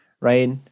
right